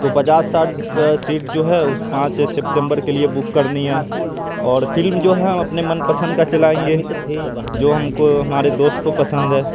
تو پچاس ساٹھ سیٹ جو ہے اس پانچ ستمبر کے لیے بک کرنی ہے اور فلم جو ہے ہم اپنے من پسند کا چلائیں گے جو ہم کو ہمارے دوست کو پسند ہے